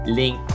link